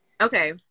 Okay